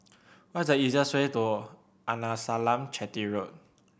what is the easiest way to Arnasalam Chetty Road